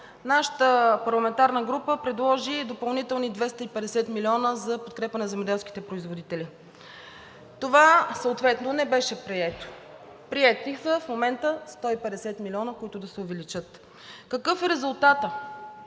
нашата парламентарна група предложи допълнителни 250 милиона за подкрепа на земеделските производители? Това съответно не беше прието. Приети в момента са 150 милиона, които да се увеличат. Какъв е резултатът?